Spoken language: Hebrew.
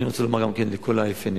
אני גם רוצה לומר לכל יפי הנפש,